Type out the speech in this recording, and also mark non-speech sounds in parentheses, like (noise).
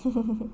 (laughs)